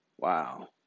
Wow